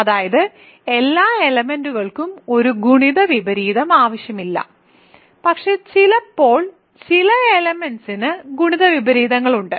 അതായത് എല്ലാ എലെമെന്റ്സിനും ഒരു ഗുണിത വിപരീതം ആവശ്യമില്ല പക്ഷേ ചിലപ്പോൾ ചില എലെമെന്റ്സിനും ഗുണിത വിപരീതങ്ങളുണ്ട്